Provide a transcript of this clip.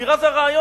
הגבירה זה הרעיון.